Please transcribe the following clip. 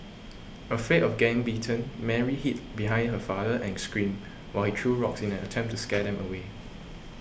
afraid of getting bitten Mary hid behind her father and screamed while he threw rocks in an attempt to scare them away